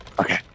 okay